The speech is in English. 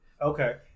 Okay